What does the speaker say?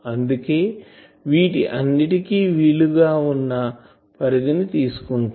అందుకే వీటి అన్నిటికి వీలు వున్న పరిధి ని తీసుకుంటాం